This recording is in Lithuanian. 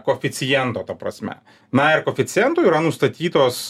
koeficiento ta prasme na ir koeficientu yra nustatytos